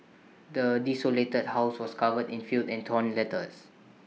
the desolated house was covered in filth and torn letters